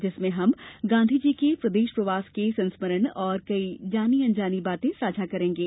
जिसमें हम गांधीजी के प्रदेश प्रवास के संस्मरण और कई जानी अनजानी बातें साझा करेंगे